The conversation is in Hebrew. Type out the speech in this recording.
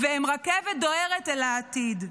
והם רכבת דוהרת אל העתיד,